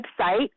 website